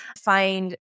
find